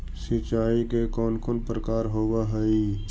सिंचाई के कौन कौन प्रकार होव हइ?